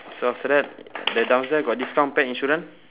so after that the downstairs got discount pet insurance